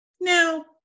Now